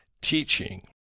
teaching